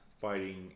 fighting